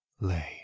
lay